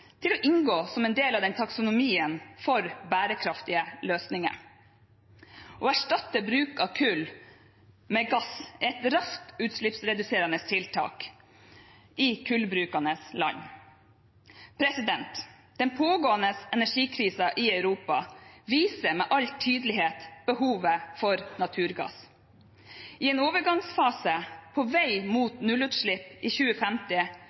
til å inngå som en del av taksonomien for bærekraftige løsninger. Å erstatte bruk av kull med gass er et raskt utslippsreduserende tiltak i kullbrukende land. Den pågående energikrisen i Europa viser med all tydelighet behovet for naturgass. I en overgangsfase på vei mot nullutslipp i 2050